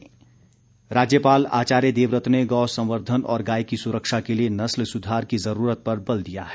राज्यपाल राज्यपाल आचार्य देवव्रत ने गौ संवर्धन और गाय की सुरक्षा के लिए नस्ल सुधार की जुरूरत पर बल दिया है